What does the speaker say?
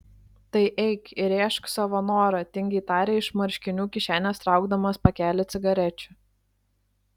tai eik įrėžk savo norą tingiai tarė iš marškinių kišenės traukdamas pakelį cigarečių